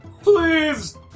Please